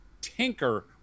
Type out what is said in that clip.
tinker